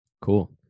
Cool